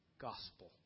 Gospel